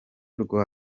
rwe